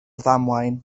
ddamwain